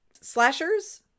Slashers